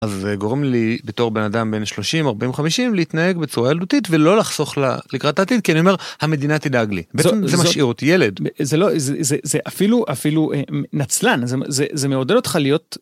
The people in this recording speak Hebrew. אז זה גורם לי בתור בנאדם בין 30-40-50 להתנהג בצורה ילדותית ולא לחסוך לקראת העתיד, כי אני אומר המדינה תדאג לי, זה משאיר אותי ילד, זה אפילו נצלן, זה מעודד אותך להיות.